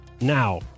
now